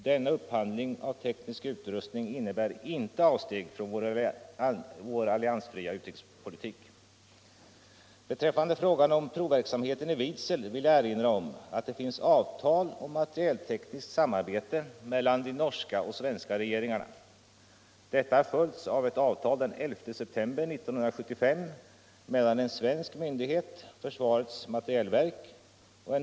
Denna upphandling av teknisk utrustning innebär inte avsteg från vår alliansfria politik.